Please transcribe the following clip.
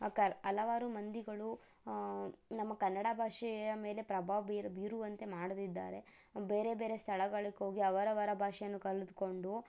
ಕರ್ ಹಲವಾರು ಮಂದಿಗಳು ನಮ್ಮ ಕನ್ನಡ ಭಾಷೆಯ ಮೇಲೆ ಪ್ರಭಾವ ಬೀರು ಬೀರುವಂತೆ ಮಾಡುತ್ತಿದ್ದಾರೆ ಬೇರೆ ಬೇರೆ ಸ್ಥಳಗಳಿಗ್ ಹೋಗಿ ಅವರವರ ಭಾಷೆಯನ್ನು ಕಲ್ತ್ಕೊಂಡು